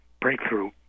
breakthrough